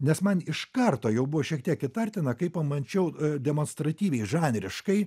nes man iš karto jau buvo šiek tiek įtartina kai pamačiau demonstratyviai žanriškai